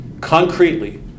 concretely